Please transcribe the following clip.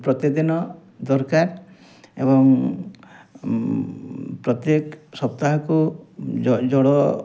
ପ୍ରତିଦିନ ଦରକାର ଏବଂ ପ୍ରତ୍ୟେକ ସପ୍ତାହକୁ ଜଳ